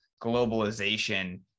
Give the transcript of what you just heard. globalization